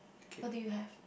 what do you have